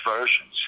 versions